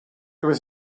was